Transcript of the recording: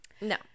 No